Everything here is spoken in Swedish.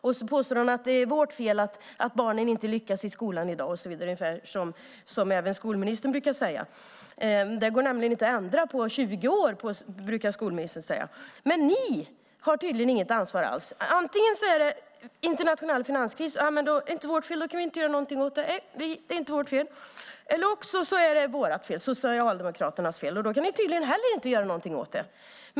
Och han påstår att det är vårt fel att barnen inte lyckas i skolan i dag, som även skolministern brukar säga. Det går nämligen inte att ändra på 20 år, brukar skolministern säga. Men ni har tydligen inget ansvar alls. Antingen är det internationell finanskris, och då är det inte ert fel och ni kan inte göra någonting åt det. Eller också är det vårt, Socialdemokraternas, fel. Och då kan ni tydligen heller inte göra någonting åt det.